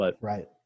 Right